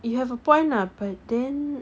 you have a point lah but then